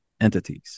entities